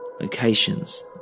locations